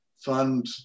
fund